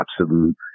absolute